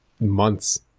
months